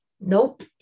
Nope